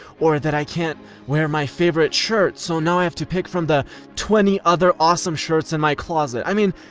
or, that i can't wear my favorite shirt, so now i have to pick from the twenty other awesome shirts in my closet? i mean,